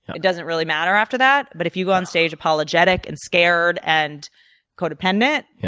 it doesn't really matter after that. but if you go on stage apologetic and scared and codependent,